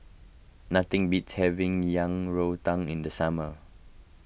nothing beats having Yang Rou Tang in the summer